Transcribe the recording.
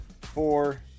four